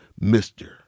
Mr